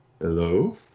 Hello